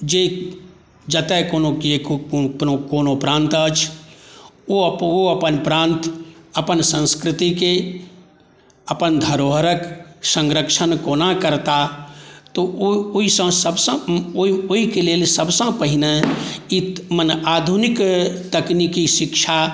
जे जतय कोनो की कोनो प्रान्त अछि ओ अपन प्रान्त अपन संस्कृति के अपन धरोहरक संरक्षण कोना करताह ओहि के लेल सब सॅं पहिने आधुनिक तकनीकी शिक्षा